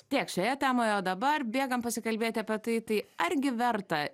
tiek šioje temoje o dabar bėgam pasikalbėti apie tai tai argi verta